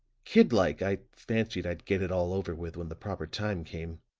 kid-like, i fancied i'd get it all over with when the proper time came